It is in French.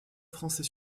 français